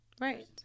Right